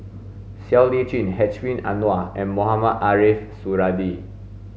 Siow Lee Chin Hedwig Anuar and Mohamed Ariff Suradi